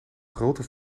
grote